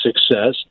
success